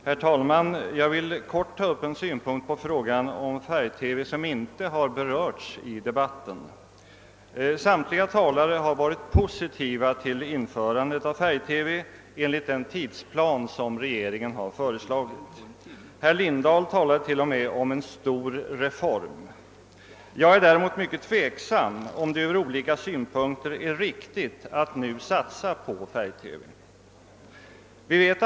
Herr talman! Jag vill i korthet framföra en synpunkt på frågan om färg-TV som inte har berörts i debatten. Samtliga talare har varit positivt inställda till införandet av färg-TV enligt den tidsplan som regeringen har föreslagit. Herr Lindahl talade t.o.m. om en stor reform. Jag är däremot mycket tveksam om det ur olika synpunkter är riktigt att nu satsa på färg-TV.